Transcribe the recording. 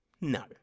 no